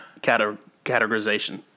categorization